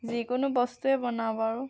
যিকোনো বস্তুৱে বনাওঁ বাৰু